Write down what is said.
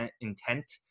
intent